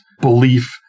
belief